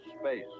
space